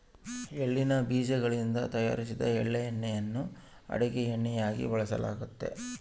ಎಳ್ಳಿನ ಬೀಜಗಳಿಂದ ತಯಾರಿಸಿದ ಎಣ್ಣೆಯನ್ನು ಅಡುಗೆ ಎಣ್ಣೆಯಾಗಿ ಬಳಸಲಾಗ್ತತೆ